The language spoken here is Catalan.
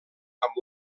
amb